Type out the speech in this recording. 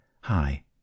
hi